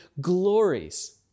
glories